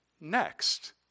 next